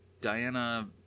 Diana